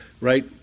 Right